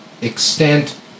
extent